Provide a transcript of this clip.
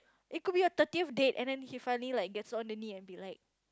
it could be your thirtieth date and then he finally gets on the knee and be like